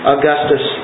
Augustus